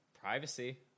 privacy